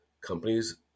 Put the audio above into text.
Companies